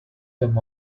them